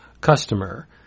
customer